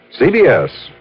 CBS